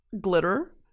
Glitter